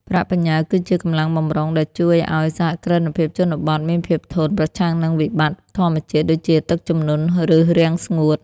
ប្រាក់បញ្ញើគឺជា "កម្លាំងបម្រុង" ដែលជួយឱ្យសហគ្រិនភាពជនបទមានភាពធន់ ប្រឆាំងនឹងវិបត្តិធម្មជាតិដូចជាទឹកជំនន់ ឬរាំងស្ងួត។